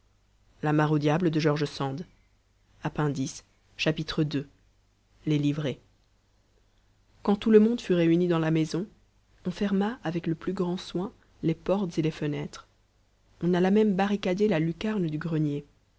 ii les livrees quand tout le monde fut réuni dans la maison on ferma avec le plus grand soin les portes et les fenêtres on alla même barricader la lucarne du grenier